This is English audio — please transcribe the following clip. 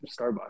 Starbucks